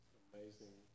amazing